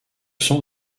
sont